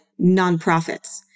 nonprofits